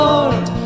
Lord